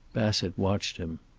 bassett watched him.